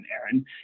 Aaron